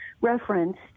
referenced